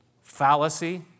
fallacy